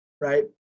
right